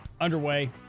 underway